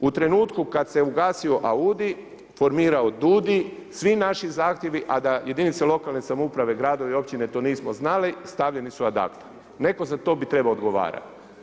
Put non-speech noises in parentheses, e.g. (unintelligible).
U trenutku kad se ugasio Audio, formirao DUUDI, svi naši zahtjevi, a da jedinice lokalne samouprave, gradovi, općine to nismo znali, stavljeni su … (unintelligible) netko za to bi trebao odgovarat.